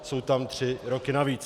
Jsou tam tři roky navíc.